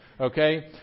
Okay